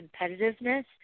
competitiveness